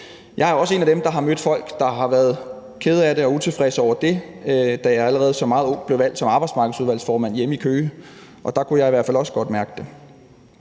Jeg er også en af dem, der har mødt folk, der har været kede af det over og utilfredse med det, da jeg allerede som meget ung blev valgt som arbejdsmarkedsudvalgsformand hjemme i Køge, og der kunne jeg i hvert fald også godt mærke det.